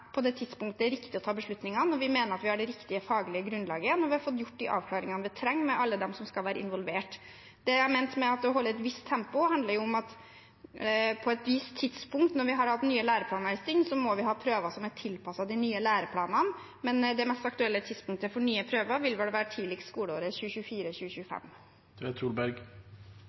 på det tidspunkt det er riktig å ta beslutningene, når vi mener vi har det riktige faglige grunnlaget, når vi har fått gjort alle de avklaringene vi trenger, med alle dem som skal være involvert. Det jeg har ment med å holde et visst tempo, handler om at på et gitt tidspunkt, når vi har hatt nye læreplaner en stund, må vi ha prøver som er tilpasset de nye læreplanene. Det mest aktuelle tidspunktet for nye prøver vil vel være tidligst skoleåret